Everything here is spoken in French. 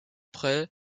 prêt